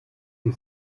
die